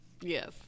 yes